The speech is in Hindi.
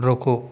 रोको